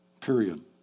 period